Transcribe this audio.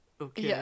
Okay